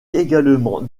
également